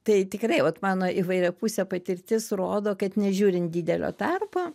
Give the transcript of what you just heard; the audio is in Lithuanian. tai tikrai vat mano įvairiapusė patirtis rodo kad nežiūrint didelio tarpo